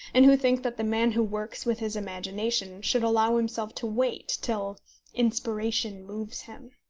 and who think that the man who works with his imagination should allow himself to wait till inspiration moves him.